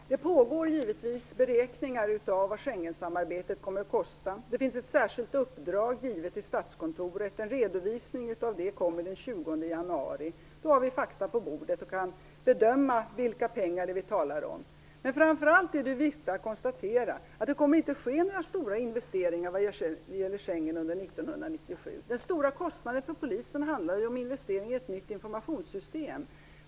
Fru talman! Det pågår givetvis beräkningar av vad Schengensamarbetet kommer att kosta. Det finns ett särskilt uppdrag givet till Statskontoret, vilket kommer att redovisas den 20 januari. Då får vi fakta på bordet och kan bedöma vilka belopp det är vi talar om. Men framför allt är det viktigt att konstatera att det inte kommer att ske några stora investeringar vad gäller Schengen under 1997. Den stora kostnaden för Polisen handlar ju om en investering i ett nytt informationssystem.